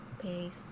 Peace